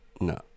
no